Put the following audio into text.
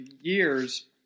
years